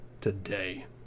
today